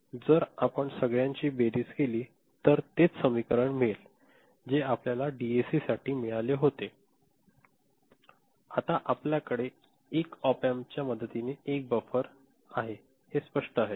जर आपण सगळ्यांची बेरीज केली तर तेच समीकरण मिळेल जे आपल्याला डीएसीसाठी मिळाले होते ते मिळेल आता आपल्याकडे एक ऑप अँपच्या मदतीने एक बफर आहे हे स्पष्ट आहे